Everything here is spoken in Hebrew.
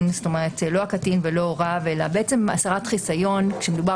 כלומר לא הקטין ולא הוריו אלא הסרת חיסיון כשמדובר